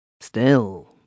still